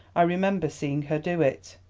i remember seeing her do it.